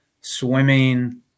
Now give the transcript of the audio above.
swimming